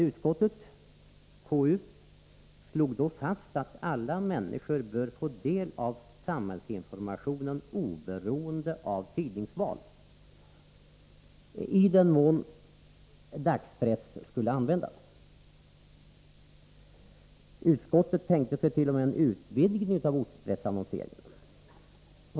Konstitutionsutskottet slog då fast att alla människor bör få del av samhällsinformationen, oberoende av tidningsval i den mån dagspressannonsering skulle användas. Utskottet kunde t.o.m. tänka sig en utvidgning av dagspressannonseringen.